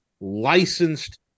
licensed